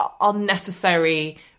unnecessary